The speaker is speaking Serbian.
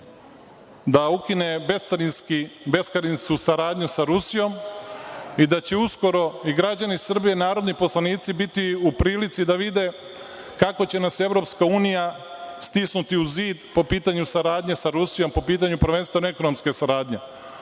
da ukine bescarinsku saradnju sa Rusijom i da će uskoro i građani Srbije i narodni poslanici biti u prilici da vide kako će nas Evropska unija stisnuti uz zid po pitanju saradnje sa Rusijom, prvenstveno ekonomske saradnje.